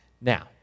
Now